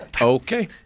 Okay